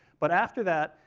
but after that,